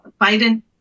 Biden